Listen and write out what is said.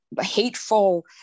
hateful